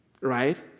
Right